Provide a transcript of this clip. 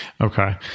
Okay